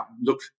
look